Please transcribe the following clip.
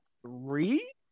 three